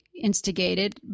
instigated